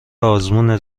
آزمون